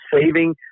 saving